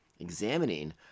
examining